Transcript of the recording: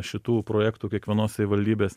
šitų projektų kiekvienos savivaldybės